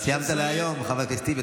שהיום הזה, סיימת להיום, חבר הכנסת טיבי?